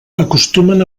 acostumen